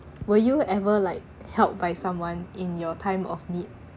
were you ever like helped by someone in your time of need